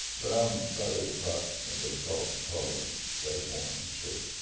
but um about eight o'clock got a call from tarver saturday morning. he says,